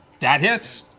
that hits!